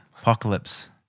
Apocalypse